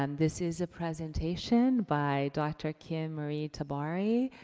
um this is a presentation by dr. kim marie tabari,